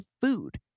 food